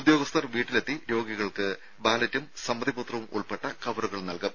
ഉദ്യോഗസ്ഥർ വീട്ടിലെത്തി രോഗികൾക്ക് ബാലറ്റും സമ്മതിപത്രവും ഉൾപ്പെട്ട കവറുകൾ നൽകും